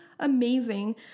amazing